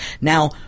Now